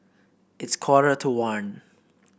its quarter to one